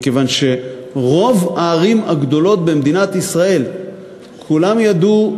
מכיוון שברוב הערים הגדולות במדינת ישראל כולם ידעו,